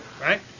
Right